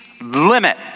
limit